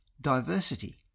diversity